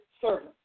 servant